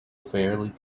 fairly